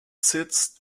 sitz